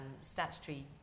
statutory